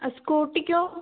ആ സ്കൂട്ടിക്കോ